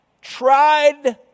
tried